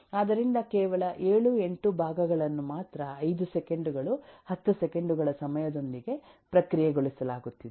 ಆದ್ದರಿಂದ ಕೇವಲ 7 8 ಭಾಗಗಳನ್ನು ಮಾತ್ರ 5 ಸೆಕೆಂಡುಗಳು 10 ಸೆಕೆಂಡುಗಳ ಸಮಯದೊಂದಿಗೆ ಪ್ರಕ್ರಿಯೆಗೊಳಿಸಲಾಗುತ್ತಿದೆ